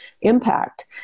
impact